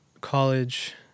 college